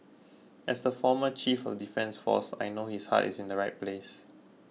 as the former chief of defence force I know his heart is in the right place